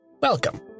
Welcome